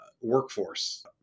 workforce